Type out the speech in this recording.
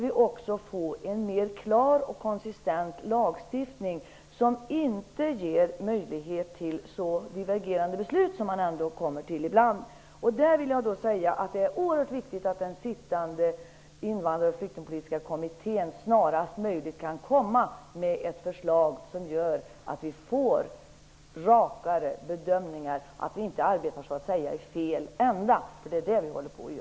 Vi måste också få en mer klar och konsistent lagstiftning, som inte ger möjlighet till så divergerande beslut som man faktiskt kommer fram till ibland. I det sammanhanget vill jag säga att det är oerhört viktigt att den nuvarande invandraroch flyktingpolitiska kommittén snarast möjligt kommer med ett förslag som gör att vi får rakare bedömningar och att vi inte arbetar ''i fel ända''. Det är ju vad vi gör i dag.